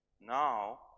Now